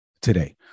today